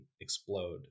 explode